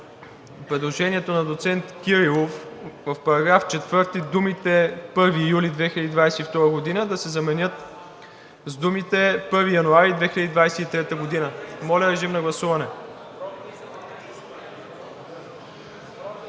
предложението на доцент Кирилов в § 4 думите „1 юли 2022 г.“ да се заменят с думите „1 януари 2023 г.“. Моля, режим на гласуване.